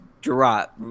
drop